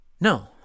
No